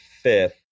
fifth